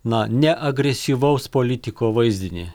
na ne agresyvaus politiko vaizdinį